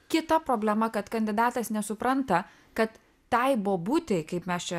kita problema kad kandidatas nesupranta kad tai bobutei kaip mes čia